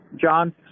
John